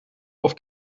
auf